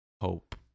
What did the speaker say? hope